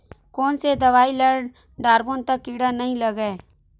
कोन से दवाई ल डारबो त कीड़ा नहीं लगय?